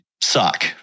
suck